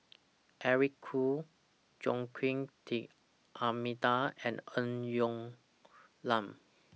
Eric Khoo Joaquim D'almeida and Ng Woon Lam